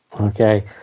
Okay